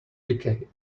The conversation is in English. decay